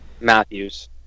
Matthews